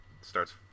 starts